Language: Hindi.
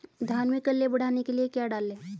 धान में कल्ले बढ़ाने के लिए क्या डालें?